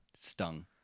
stung